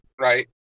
right